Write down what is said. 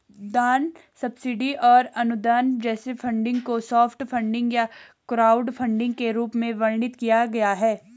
दान सब्सिडी और अनुदान जैसे फंडिंग को सॉफ्ट फंडिंग या क्राउडफंडिंग के रूप में वर्णित किया गया है